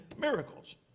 miracles